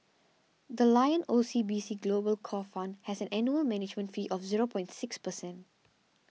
the Lion O C B C Global Core Fund has an annual management fee of zero point six percent